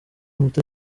muti